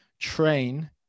train